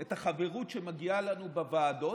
את החברות שמגיעה לנו בוועדות,